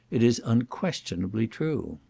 it is unquestionably true.